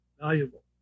valuable